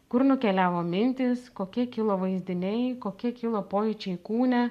kur nukeliavo mintys kokie kilo vaizdiniai kokie kilo pojūčiai kūne